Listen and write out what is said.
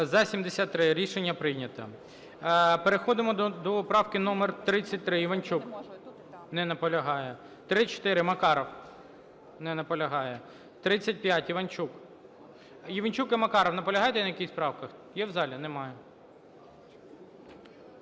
За-73 Рішення не прийнято. Переходимо до правки номер 33. Іванчук. Не наполягає. 34 – Макаров. Не наполягає. 35 – Іванчук. Іванчук і Макаров, наполягаєте на якихось правках? Є в залі? Немає.